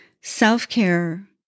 Self-care